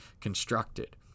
constructed